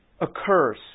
occurs